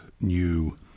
new